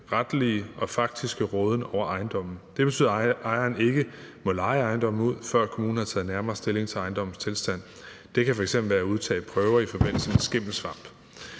retlige og faktiske råden over ejendommen. Det betyder, at ejeren ikke må leje ejendommen ud, før kommunen har taget nærmere stilling til ejendommens tilstand – det kan f.eks. være at udtage prøver i forbindelse med skimmelsvamp.